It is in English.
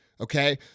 Okay